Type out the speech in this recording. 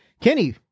Kenny